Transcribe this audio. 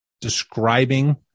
describing